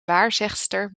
waarzegster